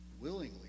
willingly